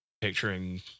picturing